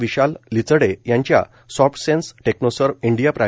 विशाल लिचडे यांच्या Softsense Technoserve India प्रा